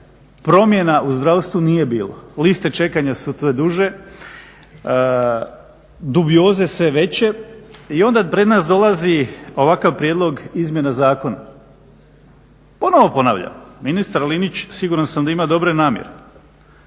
promjena u zdravstvu nije bilo, liste čekanja su sve duže, dubioze sve veće. I onda pred nas dolazi ovakav prijedlog izmjena zakona. Ponovno ponavljam, ministar Linić siguran sam da ima dobre namjere